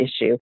issue